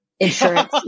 Insurance